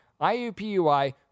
IUPUI